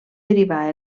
derivar